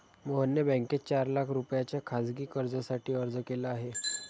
मोहनने बँकेत चार लाख रुपयांच्या खासगी कर्जासाठी अर्ज केला आहे